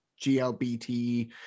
GLBT